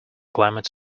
climate